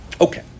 Okay